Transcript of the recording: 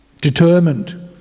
Determined